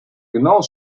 genaues